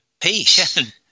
peace